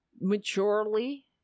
Maturely